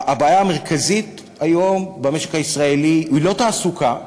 הבעיה המרכזית היום במשק הישראלי היא לא תעסוקה,